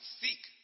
seek